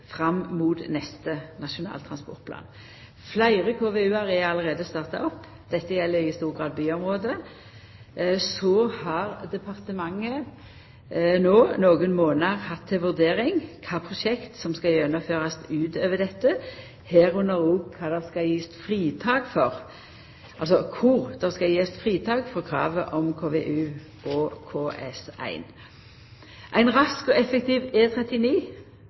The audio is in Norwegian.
fram mot neste nasjonal transportplan. Fleire KVU-ar er allereie starta opp. Dette gjeld i stor grad byområde. Departementet har no i nokre månader hatt til vurdering kva prosjekt som skal gjennomførast utover dette, og om kor det skal gjevast fritak for kravet om KVU og KS1. Ein rask og effektiv E39, Kyststamvegen, er